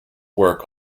work